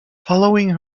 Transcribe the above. following